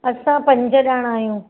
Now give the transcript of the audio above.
असां पंज ॼणा आहियूं